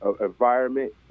environment